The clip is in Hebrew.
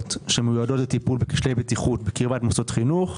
שמיועדות לטיפול בכשלי בטיחות בקרבת מוסדות חינוך,